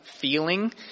feeling